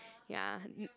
ya